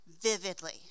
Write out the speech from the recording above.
vividly